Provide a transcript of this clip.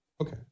Okay